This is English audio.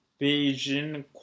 Beijing